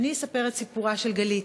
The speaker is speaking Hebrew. אספר את סיפורה של גלית,